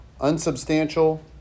unsubstantial